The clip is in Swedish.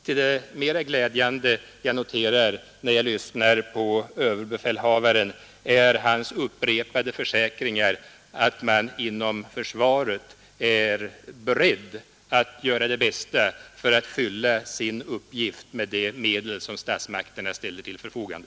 Till det mera glädjande när jag lyssnar på överbefälhavaren hör hans upprepade försäkringar att man inom försvaret är beredd att göra det bästa för att fylla sin uppgift med de medel som statsmakterna ställer till förfogande